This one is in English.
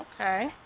Okay